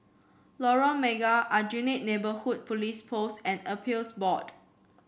Lorong Mega Aljunied Neighbourhood Police Post and Appeals Board